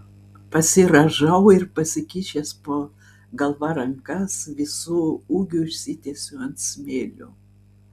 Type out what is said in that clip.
pasirąžau ir pasikišęs po galva rankas visu ūgiu išsitiesiu ant smėlio